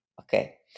Okay